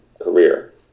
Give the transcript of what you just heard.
career